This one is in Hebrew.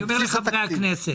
אני אומר לחברי הכנסת,